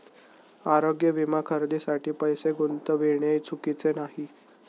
आरोग्य विमा खरेदीसाठी पैसे गुंतविणे चुकीचे नाही